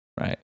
Right